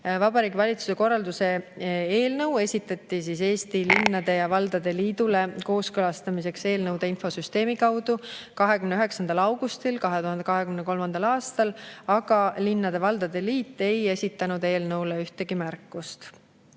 Vabariigi Valitsuse korralduse eelnõu esitati Eesti Linnade ja Valdade Liidule kooskõlastamiseks eelnõude infosüsteemi kaudu 29. augustil 2023. aastal. Linnade ja valdade liit ei esitanud eelnõu kohta ühtegi märkust.